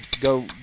Go